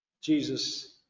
Jesus